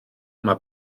mae